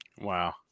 Wow